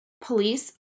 police